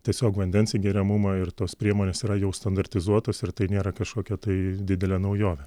tiesiog vandens įgeriamumą ir tos priemonės yra jau standartizuotos ir tai nėra kažkokia tai didelė naujovė